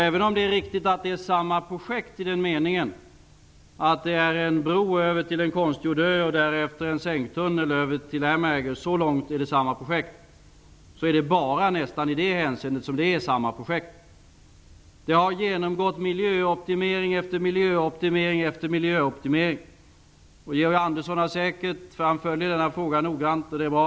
Även om det är riktigt att det är samma projekt i den meningen att det gäller en bro över till en konstgjord ö och därefter en sänktunnel över till Amager -- så långt är det samma projekt -- är det nästan bara i det hänseendet som det är samma projekt. Det har genomgått miljöoptimering efter miljöoptimering efter miljöoptimering. Georg Andersson följer denna fråga noggrant, och det är bra.